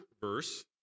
verse